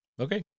Okay